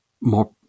more